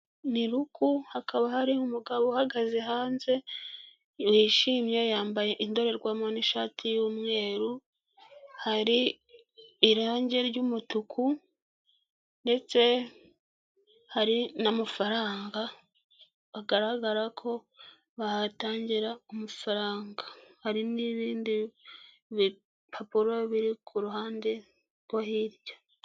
Ni luku hakaba hari umugabo uhagaze hanze yishimye yambaye indorerwamo n'ishati y'umweru hari irangi ry'umutuku ndetse hari n'amafaranga, agaragara ko bahatangira amafaranga. Hari n'ibindi bipapuro biri ku ruhande rwo hirya.